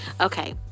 okay